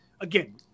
again